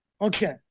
Okay